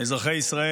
אזרחי ישראל.